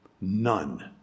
None